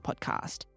podcast